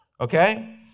Okay